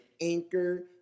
anchor